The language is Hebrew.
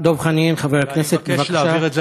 אני מבקש להעביר את זה,